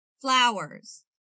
Flowers